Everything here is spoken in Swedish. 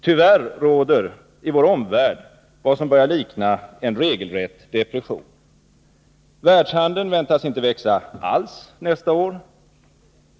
Tyvärr råder i vår omvärld vad som börjar likna en regelrätt depression. Världshandeln väntas inte växa alls nästa år.